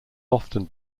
often